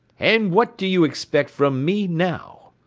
and what do you expect from me now?